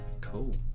Cool